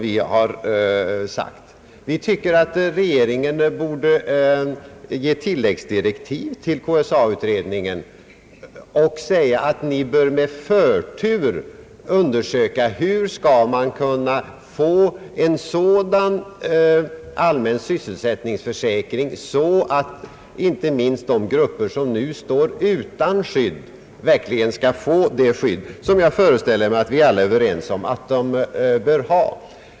Vi tycker, att regeringen borde ge KSA-utredningen tilläggsdirektiv och säga, att den med förtur bör undersöka hur man skall kunna åstadkomma en sådan allmän sysselsättningsförsäkring att inte minst de grupper som nu står utan skydd verkligen får det skydd som jag föreställer mig att vi alla är överens om att de bör ha.